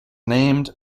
named